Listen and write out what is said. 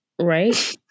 Right